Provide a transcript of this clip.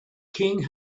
king